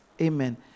Amen